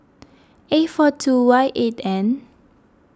A four two Y eight N